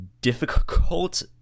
difficult